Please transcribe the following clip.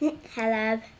Hello